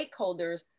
stakeholders